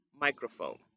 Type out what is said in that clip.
Microphone